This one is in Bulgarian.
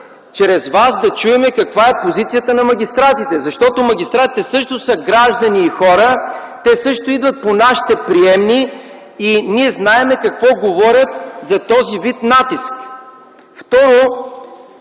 чрез Вас да чуем каква е позицията на магистратите. Защото магистратите също са граждани и хора. Те също идват по нашите приемни и ние знаем какво говорят за този вид натиск. Второ,